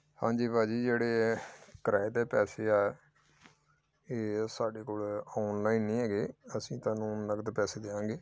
ਹਾਂਜੀ ਭਾਅ ਜੀ ਜਿਹੜੇ ਇਹ ਕਿਰਾਏ ਦੇ ਪੈਸੇ ਆ ਇਹ ਸਾਡੇ ਕੋਲ ਔਨਲਾਈਨ ਨਹੀਂ ਹੈਗੇ ਅਸੀਂ ਤੁਹਾਨੂੰ ਨਕਦ ਪੈਸੇ ਦਿਆਂਗੇ